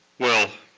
well,